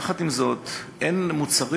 יחד עם זאת, אין מוצרים